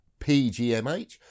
pgmh